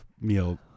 meal